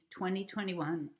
2021